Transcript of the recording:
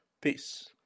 Peace